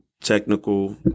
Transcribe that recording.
technical